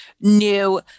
new